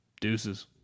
Deuces